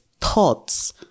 thoughts